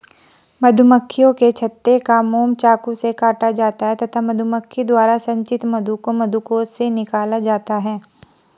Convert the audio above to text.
मधुमक्खियों के छत्ते का मोम चाकू से काटा जाता है तथा मधुमक्खी द्वारा संचित मधु को मधुकोश से निकाला जाता है